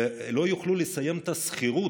ולא יוכלו לסיים את השכירות,